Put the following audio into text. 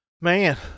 Man